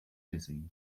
dizzy